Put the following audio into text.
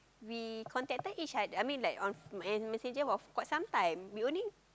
we contacted each other I mean like on messenger for quite some time we only